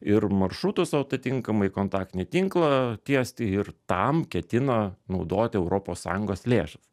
ir maršrutus atitinkamai kontaktinį tinklą tiesti ir tam ketina naudoti europos sąjungos lėšas